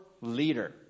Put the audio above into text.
leader